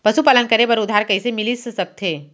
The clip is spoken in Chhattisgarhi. पशुपालन करे बर उधार कइसे मिलिस सकथे?